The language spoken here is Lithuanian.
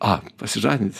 a pasižadinsi